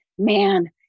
man